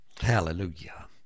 Hallelujah